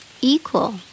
equal